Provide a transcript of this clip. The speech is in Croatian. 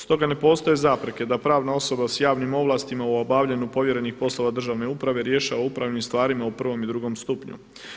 Stoga ne postoje zapreke da pravna osoba sa javnim ovlastima u obavljanju povjerenih poslova državne uprave rješava o upravnim stvarima u prvom i drugom stupnju.